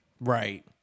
Right